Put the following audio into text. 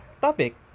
topic